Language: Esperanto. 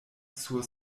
sur